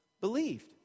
believed